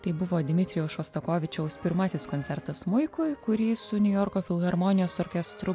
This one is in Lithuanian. tai buvo dmitrijaus šostakovičiaus pirmasis koncertas smuikui kurį su niujorko filharmonijos orkestru